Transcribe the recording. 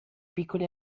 piccoli